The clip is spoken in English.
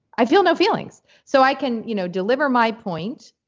i feel no feelings so i can you know deliver my point,